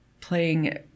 playing